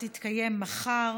נתקבלה.